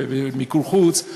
במיקור חוץ,